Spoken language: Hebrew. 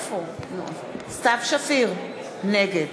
נגד